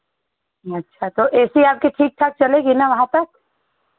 अच्छा तो A C आपकी ठीक ठाक चलेगी न वहाँ तक